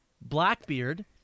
blackbeard